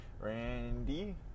randy